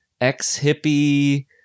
ex-hippie